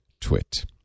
twit